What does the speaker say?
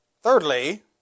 Thirdly